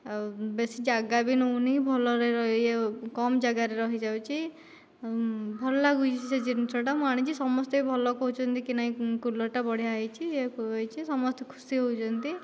ଆଉ ବେଶି ଯାଗା ବି ନେଉନି ଭଲରେ କମ ଯାଗାରେ ରହିଯାଉଛି ଭଲ ଲାଗୁଛି ସେ ଜିନିଷଟା ମୁଁ ଆଣିଛି ସମସ୍ତେ ଭଲ କହୁଛନ୍ତି କି ନାହିଁ କୁଲର୍ଟା ବଢ଼ିଆ ହୋଇଛି ସମସ୍ତେ ଖୁସି ହେଉଛନ୍ତି